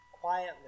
quietly